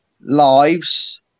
lives